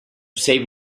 save